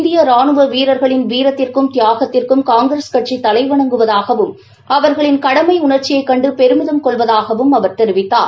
இந்திய ரானுவ வீரர்கள் வீரத்திற்கும் தியாகத்திற்கும் காங்கிரஸ் கட்சி தலைவணங்குவதாகவும் அவர்களின் கடமை உணர்ச்சியைக் கண்டு பெருமிதம் கொள்வதாகவும் அவர் தெரிவித்தார்